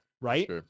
right